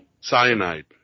Cyanide